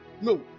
No